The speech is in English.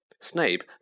Snape